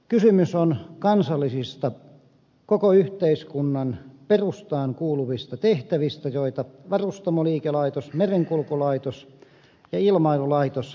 kysymys on kansallisista koko yhteiskunnan perustaan kuuluvista tehtävistä joita varustamoliikelaitos merenkulkulaitos ja ilmailulaitos tekevät